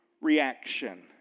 reaction